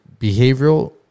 behavioral